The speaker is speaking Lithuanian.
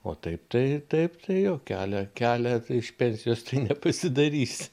o taip tai taip tai jo kelią kelią iš pensijos nepasidarysi